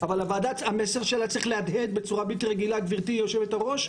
אבל המסר של הוועדה צריך להדהד בצורה בלתי רגילה גבירתי יושבת הראש,